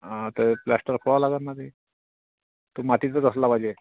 हा तर प्लास्टर खोवा लागण ना ते मातीतच असलं पाहिजे